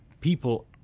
people